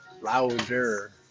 louder